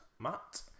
Matt